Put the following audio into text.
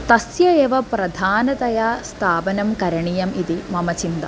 तस्य एव प्रधानतया स्थापनं करणीयम् इति मम चिन्ता